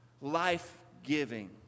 Life-giving